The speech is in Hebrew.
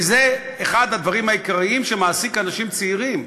כי זה אחד הדברים העיקריים שמעסיק אנשים צעירים,